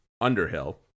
Underhill